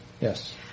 Yes